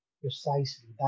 Precisely